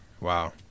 Wow